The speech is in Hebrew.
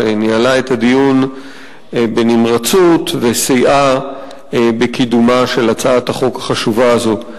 שניהלה את הדיון בנמרצות וסייעה בקידומה של הצעת החוק הזו.